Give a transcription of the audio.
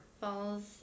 Falls